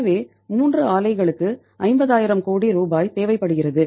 எனவே 3 ஆலைகளுக்கு 50000 கோடி ரூபாய் தேவைப்படுகிறது